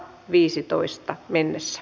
viisitoista mennessä